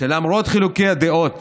שלמרות חילוקי הדעות